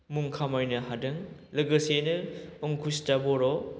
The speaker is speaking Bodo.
मुं खामायनो हादों लोगोसेयैनो अंकुचिता बर'